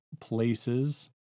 places